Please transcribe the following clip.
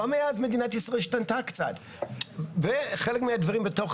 אבל מאז מדינת ישראל השתנתה קצת וחלק מהדברים בתוך